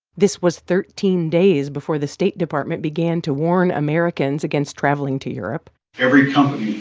this was thirteen days before the state department began to warn americans against traveling to europe every